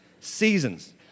Seasons